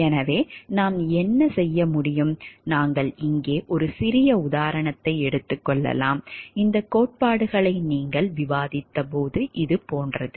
எனவே நாம் என்ன செய்ய முடியும் நாங்கள் இங்கே ஒரு சிறிய உதாரணத்தை எடுத்துக் கொள்ளலாம் இந்த கோட்பாடுகளை நீங்கள் விவாதித்தபோது இது போன்றது